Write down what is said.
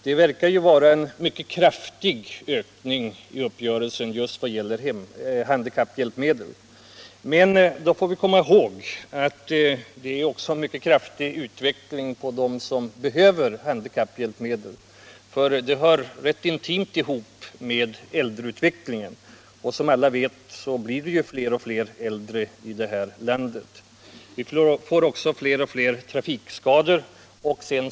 Det verkar som om uppgörelsen skulle innebära en mycket kraftig ökning beträffande dessa hjälpmedel. Vi bör emellertid komma ihåg att utvecklingen går mot att allt fler behöver handikapphjälpmedel. Den utvecklingen hör intimt ihop med äldreutvecklingen. Som alla vet blir de äldre allt fler i det här landet. Vi råkar dessutom ut för flera trafikskador.